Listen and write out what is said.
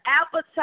appetite